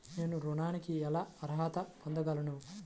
నేను ఋణానికి ఎలా అర్హత పొందగలను?